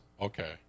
Okay